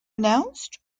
announced